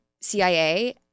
CIA